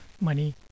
money